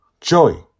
Joy